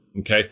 okay